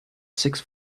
six